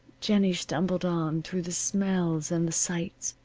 jennie stumbled on, through the smells and the sights.